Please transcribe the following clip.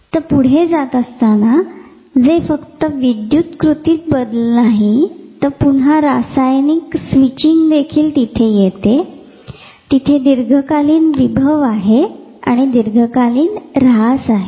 तर पुढे जात असताना जे फक्त विद्युत कृती बदल नाही तर पुन्हा रासायनिक स्विचिंग देखील तिथे येते तिथे दीर्घकालीन विभव आहे आणि दीर्घकालीन ऱ्हास आहे